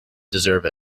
deserve